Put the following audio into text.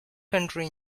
country